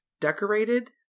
decorated